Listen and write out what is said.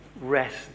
rest